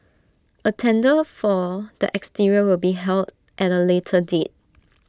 A tender for the exterior will be held at A later date